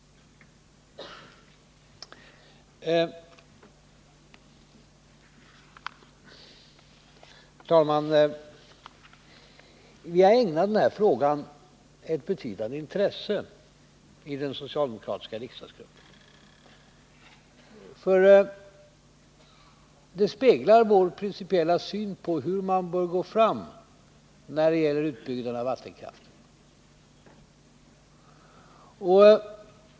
Herr talman! Vi har ägnat den här frågan ett betydande intresse i den socialdemokratiska riksdagsgruppen. Det speglar vår principiella syn på hur man bör gå fram när det gäller utbyggnad av vattenkraft.